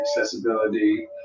accessibility